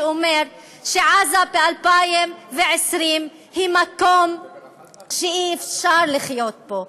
שאומר שעזה ב-2020 היא מקום שאי-אפשר לחיות בו.